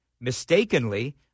mistakenly